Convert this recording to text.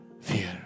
fear